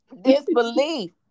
Disbelief